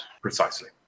Precisely